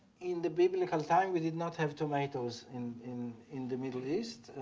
in the biblical time we did not have tomatoes in in in the middle east,